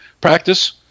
practice